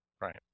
Right